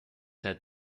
had